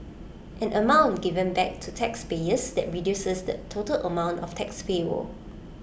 an amount given back to taxpayers that reduces the total amount of tax payable